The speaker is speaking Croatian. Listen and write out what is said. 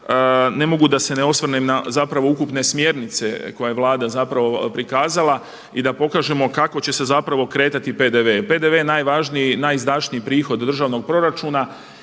ne mogu da se ne osvrnem na ukupne smjernice koje je Vlada prikazala i da pokažemo kako će se kretati PDV. PDV je najvažniji, najizdašniji prihod od državnog proračuna